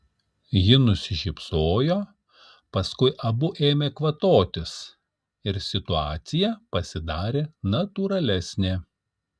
ji nusišypsojo paskui abu ėmė kvatotis ir situacija pasidarė natūralesnė